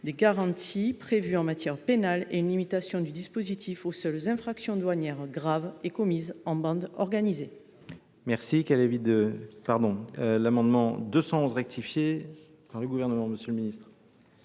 des garanties prévues en matière pénale et une limitation du dispositif aux seules infractions douanières graves et commises en bande organisée.